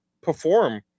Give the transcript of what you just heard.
perform